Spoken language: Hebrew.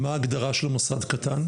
מה ההגדרה של מוסד קטן?